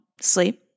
sleep